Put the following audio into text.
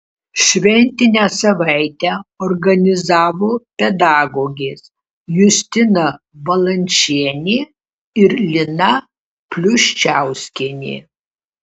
šventinę savaitę organizavo pedagogės justina valančienė ir lina pluščiauskienė